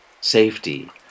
safety